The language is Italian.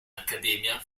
accademia